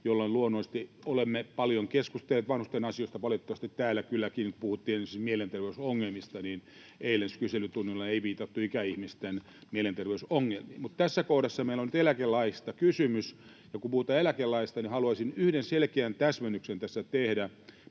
jolloin luonnollisesti olemme paljon keskustelleet vanhusten asioista. Valitettavasti täällä kylläkään, kun puhuttiin esimerkiksi mielenterveysongelmista eilen kyselytunnilla, ei viitattu ikäihmisten mielenterveysongelmiin. Tässä kohdassa meillä on nyt kuitenkin eläkelaeista kysymys, ja kun puhutaan eläkelaeista, haluaisin yhden selkeän täsmennyksen tässä tehdä: